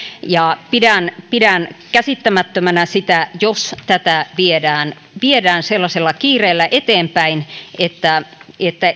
ja pidän pidän käsittämättömänä sitä jos tätä viedään viedään sellaisella kiireellä eteenpäin että että